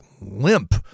limp